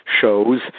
shows